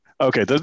Okay